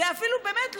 באמת,